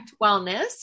Wellness